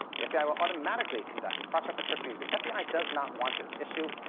the fbi will automatically conduct a cross-reference search because the fbi does not want this issue